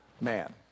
man